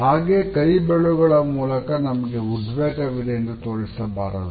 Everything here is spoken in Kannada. ಹಾಗೆಯೇ ಕೈ ಬೆರಳುಗಳ ಮೂಲಕ ನಮಗೆ ಉದ್ವೇಗ ವಿದೆ ಎಂದು ತೋರಿಸಬಾರದು